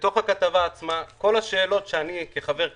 ובתוך הכתבה כל השאלות שאני כחבר כנסת,